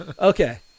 Okay